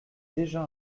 déjà